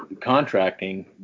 contracting